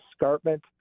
escarpment